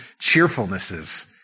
cheerfulnesses